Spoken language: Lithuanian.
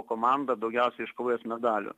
komandą daugiausiai iškovojęs medalių